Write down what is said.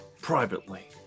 privately